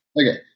Okay